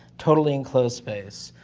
totally enclosed space,